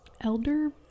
Elder